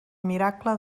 miracle